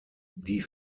die